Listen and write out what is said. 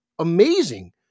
amazing